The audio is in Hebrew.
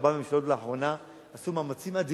ארבע ממשלות לאחרונה עשו מאמצים אדירים